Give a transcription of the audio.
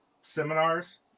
seminars